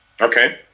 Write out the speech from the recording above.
Okay